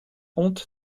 honte